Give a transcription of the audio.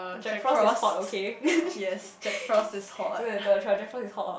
Jack-Frost is hot okay sooner or later Jack-Frost is hot